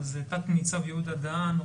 תנ"צ יהודה דהן,